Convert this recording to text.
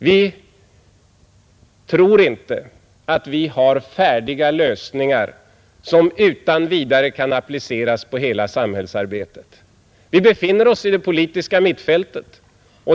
Vi tror inte att vi har färdiga lösningar, som utan vidare kan appliceras på hela samhällsarbetet. Vi befinner oss i det 3 politiska mittfältet.